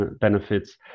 benefits